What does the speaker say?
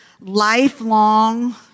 lifelong